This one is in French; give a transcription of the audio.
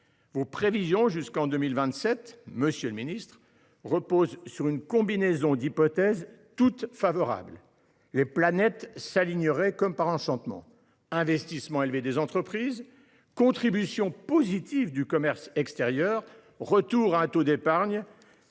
Vos prévisions jusqu’en 2027, monsieur le ministre, reposent sur une combinaison d’hypothèses toutes favorables, les planètes s’alignant comme par enchantement : investissement élevé des entreprises, contribution positive du commerce extérieur, retour du taux d’épargne